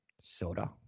soda